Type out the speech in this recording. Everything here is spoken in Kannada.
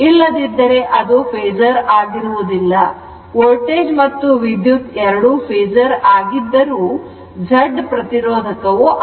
ಇಲ್ಲದಿದ್ದರೆ ಅದು ಫೇಸರ್ ಆಗಿರುವುದಿಲ್ಲ ವೋಲ್ಟೇಜ್ ಮತ್ತು ವಿದ್ಯುತ್ಎರಡು ಫೇಸರ್ ಆಗಿದ್ದರೂ Z ಪ್ರತಿರೋಧಕ ಅಲ್ಲ